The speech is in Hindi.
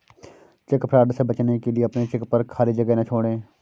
चेक फ्रॉड से बचने के लिए अपने चेक पर खाली जगह ना छोड़ें